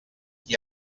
qui